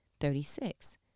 Thirty-six